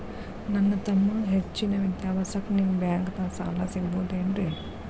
ನನ್ನ ತಮ್ಮಗ ಹೆಚ್ಚಿನ ವಿದ್ಯಾಭ್ಯಾಸಕ್ಕ ನಿಮ್ಮ ಬ್ಯಾಂಕ್ ದಾಗ ಸಾಲ ಸಿಗಬಹುದೇನ್ರಿ?